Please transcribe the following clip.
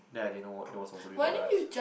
then I didn't know what it was wasabi fried rice